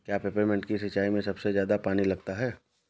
क्या पेपरमिंट की सिंचाई में सबसे ज्यादा पानी लगता है?